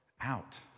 out